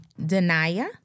denaya